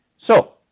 so